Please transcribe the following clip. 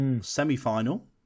Semi-final